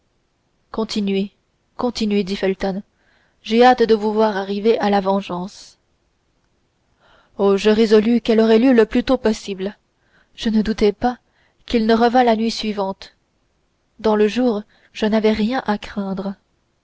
continuez continuez dit felton j'ai hâte de vous voir arriver à la vengeance oh je résolus qu'elle aurait lieu le plus tôt possible je ne doutais pas qu'il ne revînt la nuit suivante dans le jour je n'avais rien à craindre